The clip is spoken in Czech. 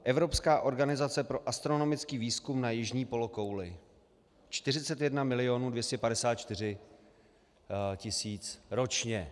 Evropská organizace pro astronomický výzkum na jižní polokouli 41 milionů 254 tisíc ročně.